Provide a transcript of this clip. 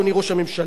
אדוני ראש הממשלה,